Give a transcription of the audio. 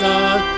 God